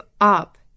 up